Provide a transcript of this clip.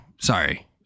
sorry